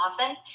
often